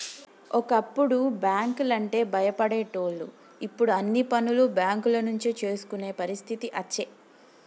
ఒకప్పుడు బ్యాంకు లంటే భయపడేటోళ్లు ఇప్పుడు అన్ని పనులు బేంకుల నుంచే చేసుకునే పరిస్థితి అచ్చే